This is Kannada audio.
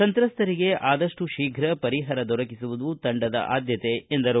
ಸಂತ್ರಸ್ತರಿಗೆ ಆದಷ್ಟು ಶೀಘ ಪರಿಹಾರ ದೊರಕಿಸುವುದು ತಂಡದ ಆದ್ಯತೆ ಎಂದರು